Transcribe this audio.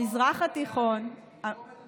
בגלל זה לא טיפלת בו.